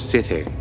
City